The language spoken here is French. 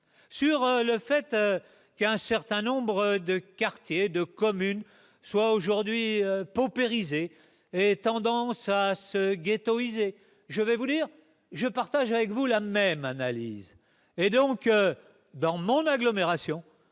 sur le fait qu'un certain nombre de quartiers de communes soit aujourd'hui paupérisé ait tendance à se ghettoïser je vais vous dire, je partage avec vous la même analyse et donc dans mon agglomération